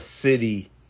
city